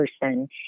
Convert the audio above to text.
person